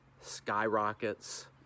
skyrockets